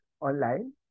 online